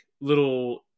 little